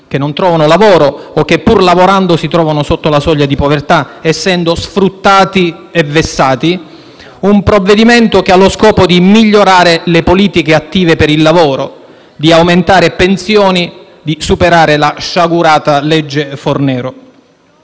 che non trovano lavoro o che, pur lavorando, si trovano sotto la soglia di povertà essendo sfruttati e vessati; un provvedimento che ha lo scopo di migliorare le politiche attive per il lavoro, di aumentare le pensioni e di superare la sciagurata legge Fornero.